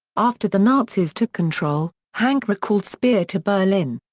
after the nazis took control, hanke recalled speer to berlin.